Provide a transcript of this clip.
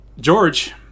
George